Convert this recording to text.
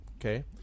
Okay